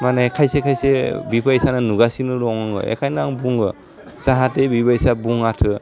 माने खायसे खायसे बिफायसानो नुगासिनो दं एखायनो आं बुङो जाहाथे बिबायसा बुङाथो